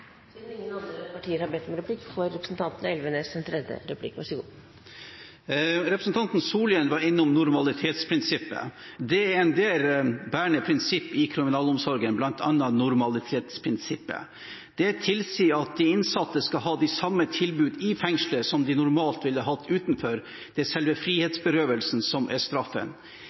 Siden ingen andre partier har bedt om replikk, får representanten Hårek Elvenes en tredje replikk. Representanten Solhjell var innom normalitetsprinsippet. Det er en del bærende prinsipp i kriminalomsorgen, bl.a. normalitetsprinsippet. Det tilsier at de innsatte skal ha de samme tilbud i fengslet som de normalt ville hatt utenfor. Det er selve